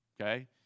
okay